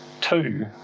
two